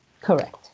Correct